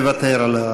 מוותר.